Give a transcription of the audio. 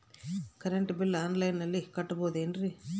Current bill ಆನ್ಲೈನಿನಲ್ಲಿ ಕಟ್ಟಬಹುದು ಏನ್ರಿ?